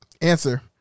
Answer